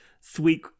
sweet